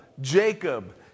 Jacob